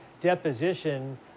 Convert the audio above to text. deposition